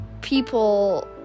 people